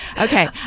Okay